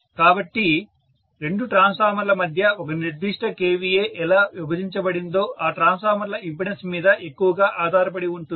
కాబట్టి రెండు ట్రాన్స్ఫార్మర్ల మధ్య ఒక నిర్దిష్ట kVA ఎలా విభజించబడిందో ఆ ట్రాన్స్ఫార్మర్ల ఇంపెడెన్స్ మీద ఎక్కువగా ఆధారపడి ఉంటుంది